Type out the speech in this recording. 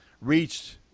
reached